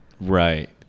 Right